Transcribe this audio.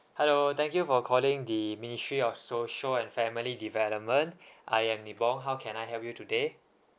hello thank you for calling the ministry of social and family development I am nick hong how can I help you today